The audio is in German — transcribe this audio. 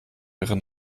ihre